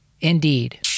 indeed